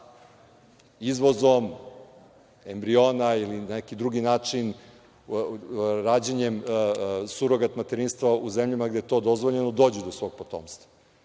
izvozom embriona ili na neki drugi način, rađanjem surogat materinstva u zemljama gde je to dozvoljeno dođu do svog potomstva.